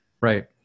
right